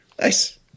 Nice